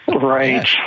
Right